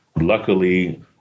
Luckily